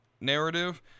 narrative